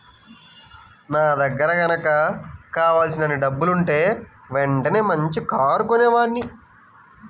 నా దగ్గర గనక కావలసినన్ని డబ్బులుంటే వెంటనే మంచి కారు కొనేవాడ్ని